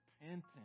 repentance